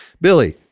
Billy